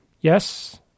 Yes